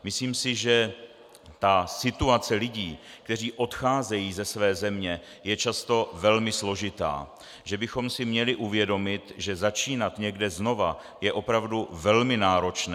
Myslím si, že situace lidí, kteří odcházejí ze své země, je často velmi složitá, že bychom si měli uvědomit, že začínat někde znova je opravdu velmi náročné.